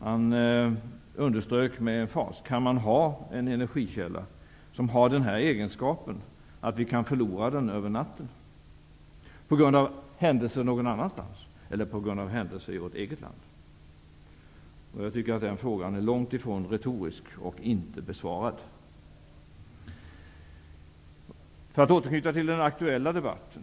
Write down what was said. Han underströk med eftertryck: Kan man ha en energikälla som har den egenskapen att vi kan förlora den över natten, på grund av händelser någon annanstans eller på grund av händelser i vårt eget land? Jag tycker att den frågan är långt ifrån retorisk och inte besvarad. Låt mig så anknyta till den aktuella debatten.